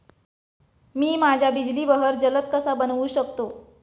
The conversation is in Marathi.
मी माझ्या बिजली बहर जलद कसा बनवू शकतो?